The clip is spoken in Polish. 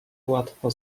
łatwo